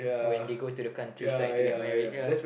when they go to the countryside to get married ya